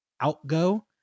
outgo